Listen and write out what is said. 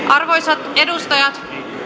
arvoisat edustajat